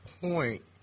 point